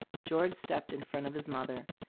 george stepped in front of his mother.